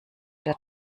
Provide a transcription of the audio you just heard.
der